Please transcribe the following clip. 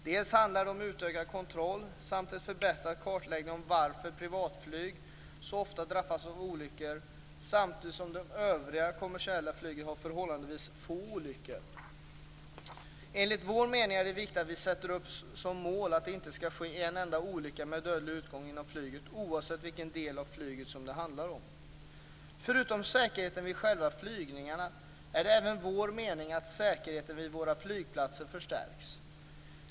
Det handlar om en utökad kontroll samt en förbättrad kartläggning av varför privatflyg så ofta drabbas av olyckor samtidigt som det övriga kommersiella flyget drabbas av förhållandevis få olyckor. Enligt vår mening är det viktigt att vi har som mål att det inte ska ske en enda olycka med dödlig utgång inom flyget, oavsett vilken del av flyget som det handlar om. Förutom säkerheten vid själva flygningarna är det även vår mening att säkerheten vid våra flygplatser förstärks.